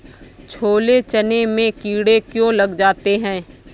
छोले चने में कीड़े क्यो लग जाते हैं?